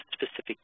specific